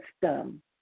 system